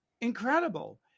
incredible